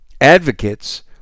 advocates